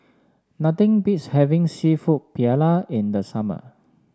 nothing beats having seafood Paella in the summer